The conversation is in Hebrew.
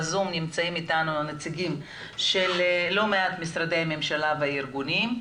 בזום נמצאים איתנו נציגים של לא מעט משרדי ממשלה וארגונים.